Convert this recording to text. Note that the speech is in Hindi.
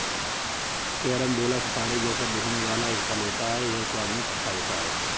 कैरम्बोला सितारे जैसा दिखने वाला एक फल होता है यह स्वाद में खट्टा होता है